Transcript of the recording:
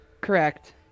Correct